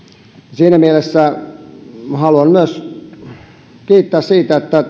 siinä mielessä haluan myös kiittää siitä että